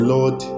Lord